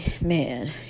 man